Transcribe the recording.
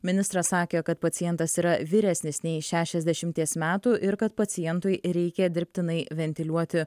ministras sakė kad pacientas yra vyresnis nei šešiasdešimties metų ir kad pacientui reikia dirbtinai ventiliuoti